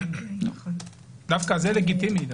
זה לגיטימי דווקא.